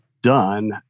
done